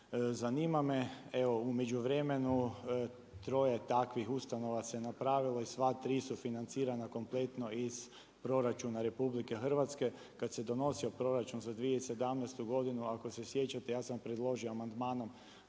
Zanima me evo u međuvremenu troje takvih ustanova se napravilo i sva tri su financirana kompletno iz proračuna RH. Kad se donosio proračun za 2017. godinu ako se sjećate ja sam predložio amandmanom